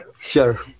Sure